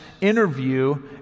interview